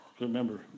remember